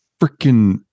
freaking